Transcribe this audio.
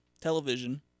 television